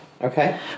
Okay